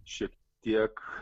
ši tiek